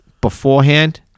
beforehand